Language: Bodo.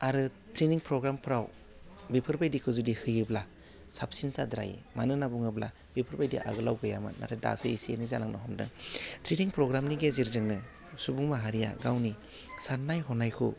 आरो ट्रेइनिं फ्रग्रामफोराव बिफोरबायदिखौ जुदि होयोब्ला साबसिन जाद्रायो मानो होनना बुङोब्ला बेफोरबायदि आगोलाव गैयामोन नाथाय दासो एसे एनै जालांनो हमदों ट्रेइनिं फ्रग्रामनि गेजेरजोंनो सुबुं माहारिया गावनि साननाय हनायखौ